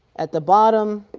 at the bottom,